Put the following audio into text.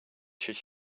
should